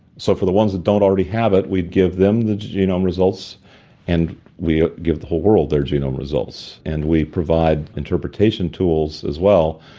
so, for the ones that don't already have it we give them the genome results and we give the whole world their genome results. and we provide interpretation tools as well,